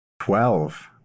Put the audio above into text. Twelve